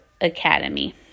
Academy